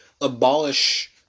abolish